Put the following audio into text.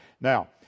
Now